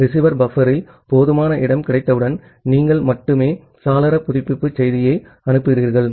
receiver பஃப்பரில் போதுமான இடம் கிடைத்தவுடன் நீங்கள் மட்டுமே சாளர புதுப்பிப்பு செய்தியை அனுப்புகிறீர்கள்